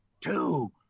two